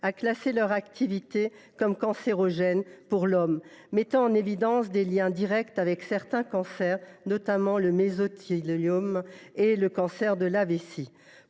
a classé leur activité comme cancérogène pour l’homme, mettant en évidence des liens directs avec certains cancers, notamment le mésothéliome et le cancer de la